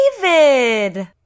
David